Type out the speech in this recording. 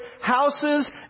houses